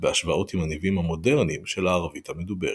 בהשוואות עם הניבים המודרניים של הערבית המדוברת.